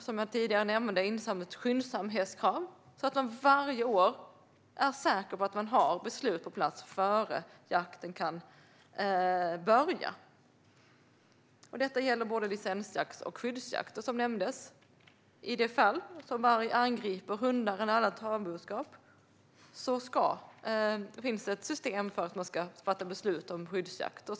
Som jag tidigare nämnde har vi infört ett skyndsamhetskrav så att man varje år är säker på att man har beslut på plats innan jakten kan börja. Detta gäller både licensjakt och skyddsjakt. Som jag nämnde finns det i de fall vargar angriper hundar eller tamboskap ett system för hur beslut om skyddsjakt ska fattas.